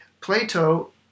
Plato